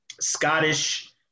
Scottish